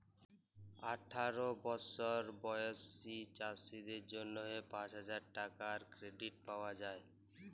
আঠার বসর বয়েসী চাষীদের জ্যনহে পাঁচ হাজার টাকার কেরডিট পাউয়া যায়